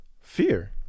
Fear